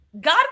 God